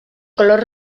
color